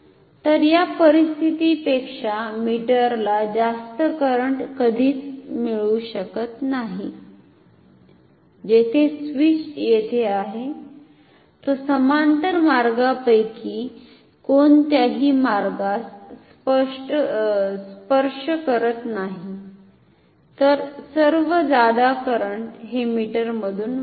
तर या परिस्थितीपेक्षा मीटरला जास्त करंट कधीच मिळू शकत नाही जेथे स्विच येथे आहे तो समांतर मार्गांपैकी कोणत्याही मार्गास स्पर्श करत नाही तर सर्व जादा करंट हे मीटरमधून वाहते